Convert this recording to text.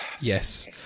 yes